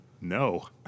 No